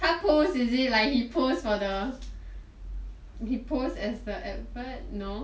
他 pose is it like he pose as the advert no